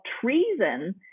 treason